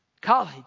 college